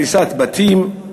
הריסת בתים,